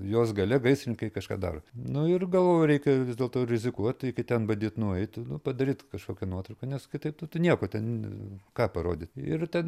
jos gale gaisrininkai kažką daro nu ir galvoju reikia dėl to rizikuot iki ten bandyt nueit padaryt kažkokią nuotrauką nes kitaip tu tu nieko ten ką parodyt ir ten